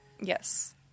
Yes